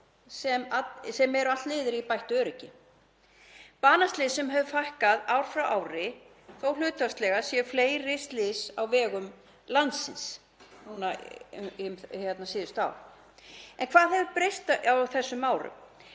sem eru allt liðir í bættu öryggi. Banaslysum hefur fækkað ár frá ári þótt hlutfallslega séu fleiri slys á vegum landsins núna síðustu ár. En hvað hefur breyst á þessum árum,